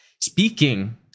Speaking